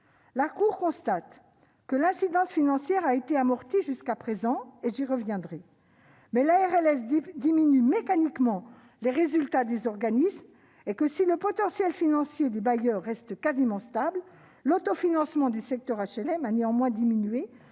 La Cour constate que l'incidence financière a pu être amortie jusqu'à présent- j'y reviendrai -, mais que la RLS diminue mécaniquement les résultats des organismes. Si le potentiel financier des bailleurs reste quasiment stable, l'autofinancement du secteur HLM a néanmoins diminué,